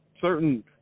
certain